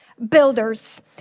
builders